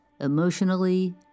emotionally